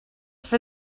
for